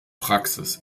praxis